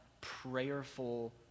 prayerful